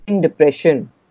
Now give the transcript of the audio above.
depression